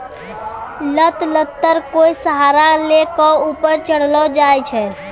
लत लत्तर कोय सहारा लै कॅ ऊपर चढ़ैलो जाय छै